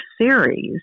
series